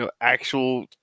actual